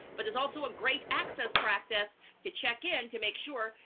but there's also a great access practice to check in to make sure,